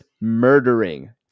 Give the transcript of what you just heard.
murdering